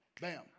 Bam